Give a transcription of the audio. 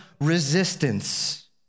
resistance